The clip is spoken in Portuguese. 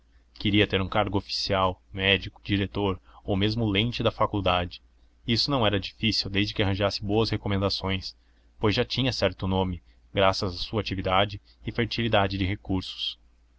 queria ter um cargo oficial médico diretor ou mesmo lente da faculdade e isso não era difícil desde que arranjasse boas recomendações pois já tinha certo nome graças à sua atividade e fertilidade de recursos